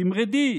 תמרדי.